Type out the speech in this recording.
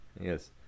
Yes